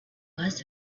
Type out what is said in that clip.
was